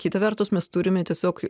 kita vertus mes turime tiesiog